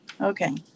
okay